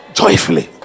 joyfully